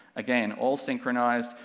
again, all synchronized,